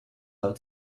out